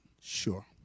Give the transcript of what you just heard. sure